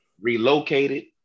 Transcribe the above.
Relocated